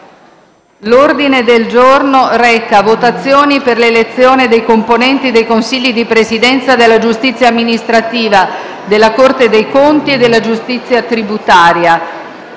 L'ordine del giorno reca: «Votazioni per l'elezione dei componenti dei consigli di presidenza della giustizia amministrativa, della Corte dei conti e della giustizia tributaria».